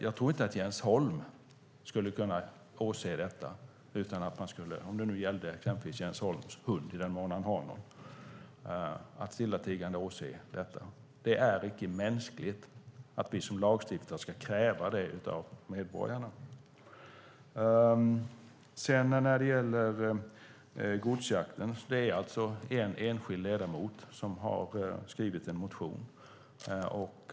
Jag tror inte att Jens Holm om det gällde hans hund - ifall han har en hund - stillatigande skulle kunna åse ett anfall. Det är icke mänskligt att vi som lagstiftare ska kräva något sådant av medborgarna. En enskild ledamot har skrivit en motion om godsjakten.